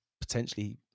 potentially